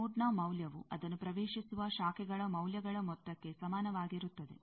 ನೋಡ್ನ ಮೌಲ್ಯವು ಅದನ್ನು ಪ್ರವೇಶಿಸುವ ಶಾಖೆಗಳ ಮೌಲ್ಯಗಳ ಮೊತ್ತಕ್ಕೆ ಸಮಾನವಾಗಿರುತ್ತದೆ